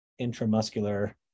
intramuscular